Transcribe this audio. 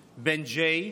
ג'יי,